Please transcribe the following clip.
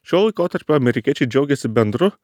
šio laikotarpio amerikiečiai džiaugiasi bendru